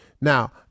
Now